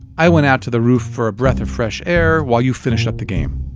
i went out to the roof for a breath of fresh air while you finished up the game.